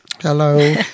Hello